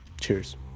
cheers